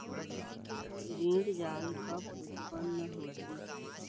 ऋण जाल कब उत्पन्न होतिस?